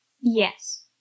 Yes